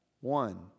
One